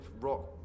rock